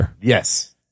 yes